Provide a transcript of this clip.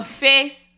face